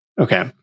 okay